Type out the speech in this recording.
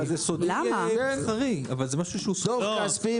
אבל זה משהו שהוא סוד מסחרי.